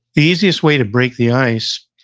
easiest way to break the ice,